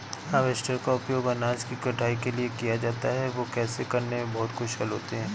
harvester का उपयोग अनाज की कटाई के लिए किया जाता है, वे ऐसा करने में बहुत कुशल होते हैं